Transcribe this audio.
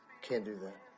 can't do that.